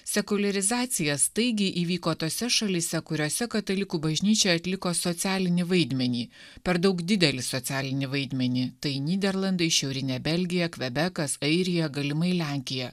sekuliarizacija staigiai įvyko tose šalyse kuriose katalikų bažnyčia atliko socialinį vaidmenį per daug didelį socialinį vaidmenį tai nyderlandai šiaurinė belgija kvebekas airija galimai lenkija